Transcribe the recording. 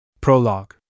Prologue